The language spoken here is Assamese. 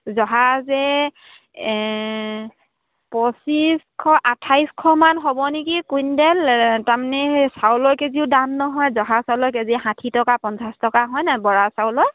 জহা যে পঁচিছশ আঠাইছশমান হ'ব নেকি কুইন্টেল তাৰমানে চাউলৰ কেজিও দাম নহয় জহা চাউলৰ কেজি ষাঠি টকা পঞ্চাছ টকা হয়নে বৰা চাউলৰ